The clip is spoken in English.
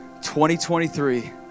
2023